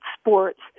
sports